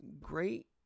great